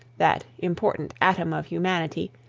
that important atom of humanity,